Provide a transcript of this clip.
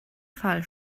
fall